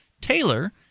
Taylor